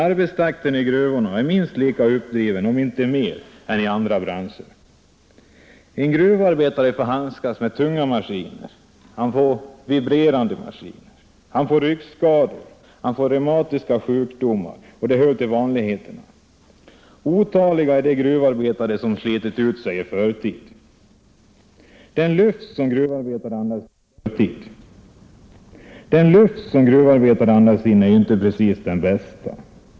Arbetstakten i gruvorna är emellertid minst lika uppdriven som på andra arbetsplatser, om inte mer. En gruvarbetare får handskas med tunga maskiner och vibrerande maskiner. Han får ryggskador, han får reumatiska sjukdomar — det hör till vanligheterna. Otaliga är de gruvarbetare som har slitit ut sig i förtid. Den luft som en gruvarbetare andas in är inte heller precis den bästa.